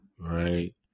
Right